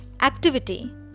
activity